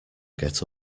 get